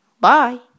Bye